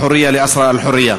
חופש לאסירי החופש.)